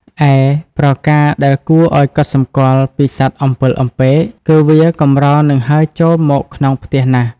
ឯប្រការដែលគួរឱ្យកត់សំគាល់ពីសត្វអំពិលអំពែក គឺវាកម្រនឹងហើរចូលមកក្នុងផ្ទះណាស់។